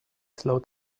slow